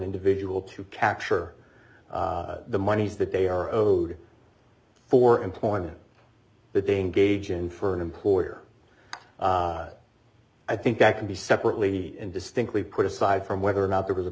individual to capture the monies that they are owed for employing the day and gauge and for an employer i think that can be separately and distinctly put aside from whether or not there was a